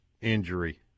injury